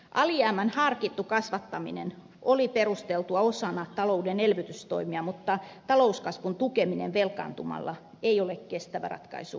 alijäämän harkittu kasvattaminen oli perusteltua osana talouden elvytystoimia mutta talouskasvun tukeminen velkaantumalla ei ole kestävä ratkaisu pitkällä aikavälillä